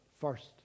first